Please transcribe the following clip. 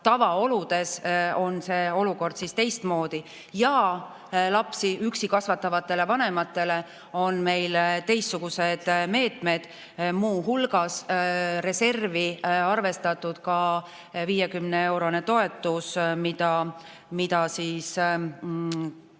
Tavaoludes on see kõik teistmoodi. Ja lapsi üksi kasvatavatele vanematele on meil teistsugused meetmed, muu hulgas reservi arvestatud 50‑eurone toetus, mille